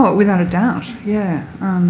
without a doubt, yeah